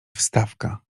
wstawka